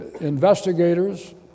investigators